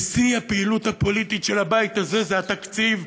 שיא הפעילות הפוליטית של הבית הזה הוא התקציב,